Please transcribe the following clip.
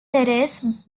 therese